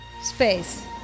Space